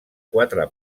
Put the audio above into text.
quatre